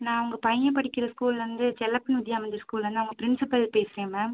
நான் உங்கள் பையன் படிக்கிற ஸ்கூல்லேருந்து செல்லப்பன் வித்யா மந்திர் ஸ்கூல்லேருந்து அவங்க ப்ரின்ஸிபல் பேசுகிறேன் மேம்